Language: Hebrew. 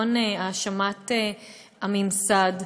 המון האשמת הממסד